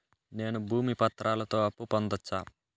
నేను భూమి పత్రాలతో అప్పు పొందొచ్చా?